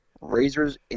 Razors